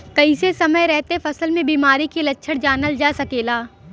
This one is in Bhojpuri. कइसे समय रहते फसल में बिमारी के लक्षण जानल जा सकेला?